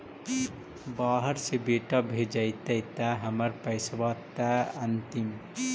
बाहर से बेटा भेजतय त हमर पैसाबा त अंतिम?